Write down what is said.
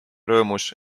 rõõmus